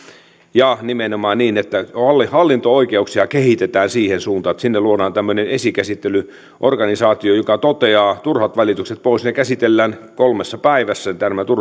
ja nimenomaan hallinto oikeuksia on kehitettävä siihen suuntaan että sinne luodaan tämmöinen esikäsittelyorganisaatio joka toteaa turhat valitukset pois ja ne turhat asiat käsitellään kolmessa päivässä